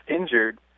injured